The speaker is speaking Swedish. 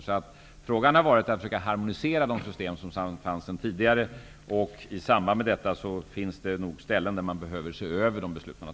Det har varit fråga om att försöka harmonisera de system som fanns sedan tidigare. I samband med detta finns det nog beslut som behöver ses över.